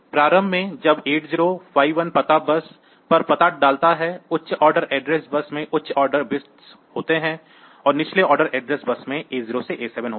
प्रारंभ में जब 8051 पता बस पर पता डालता है उच्च ऑर्डर एड्रेस बस में उच्च ऑर्डर बिट्स होते हैं निचले ऑर्डर एड्रेस बस में बिट्स A0 से A7 होते हैं